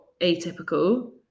atypical